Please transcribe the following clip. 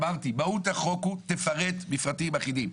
אמרתי, מהות החוק הוא תפרט מפרטים אחידים.